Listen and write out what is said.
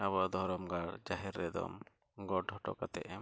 ᱟᱵᱚᱣᱟᱜ ᱫᱷᱚᱨᱚᱢ ᱜᱟᱲ ᱡᱟᱦᱮᱨ ᱨᱮᱫᱚ ᱜᱚᱰ ᱦᱚᱴᱚ ᱠᱟᱛᱮᱫ ᱮᱢ